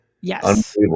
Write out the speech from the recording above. Yes